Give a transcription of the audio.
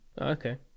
Okay